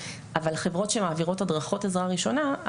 אבל החברות שמעבירות הדרכות עזרה ראשונה,